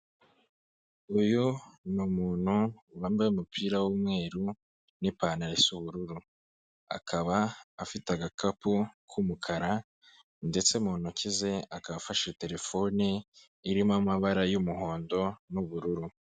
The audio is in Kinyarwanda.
Uyu ni umuntu wambaye umupira w'umweru n'ipantaro isa ubururu. Akaba afite agakapu k'umukara ndetse mu ntoki ze akaba afashe terefone irimo amabara y'umuhondo n'ubururu.